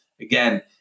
Again